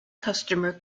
customer